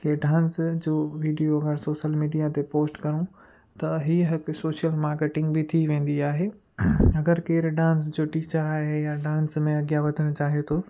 कि डांस जो वीडियो हर सोशल मीडिया ते पोस्ट करूं त ही हिकु सोशल मार्केटिंग बि थी वेंदी आहे अगरि केरु डांस जो टीचर आहे या डांस में अॻियां वधणु चाहे थो